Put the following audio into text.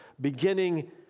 beginning